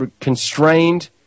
constrained